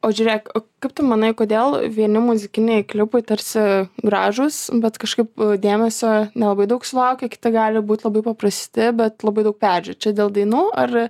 o žiūrėk kaip tu manai kodėl vieni muzikiniai klipai tarsi gražūs bet kažkaip dėmesio nelabai daug sulaukę kiti gali būt labai paprasti bet labai daug peržiūrų čia dėl dainų ar